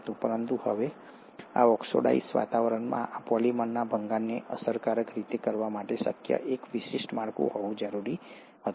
પરંતુ હવે આ ઓક્સિડાઇઝ્ડ વાતાવરણમાં આ પોલિમરના ભંગાણને અસરકારક રીતે કરવા માટે શક્ય એક વિશિષ્ટ માળખું હોવું જરૂરી હતું